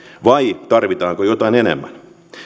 vai tarvitaanko jotain enemmän